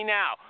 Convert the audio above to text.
now